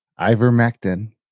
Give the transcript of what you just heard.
ivermectin